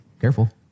Careful